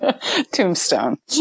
Tombstone